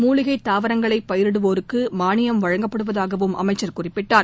மூலிகைத் தாவரங்களை பயிரிடுவோருக்கு மானியம் வழங்கப்படுவதாகவும் அமைச்சர் கூறினார்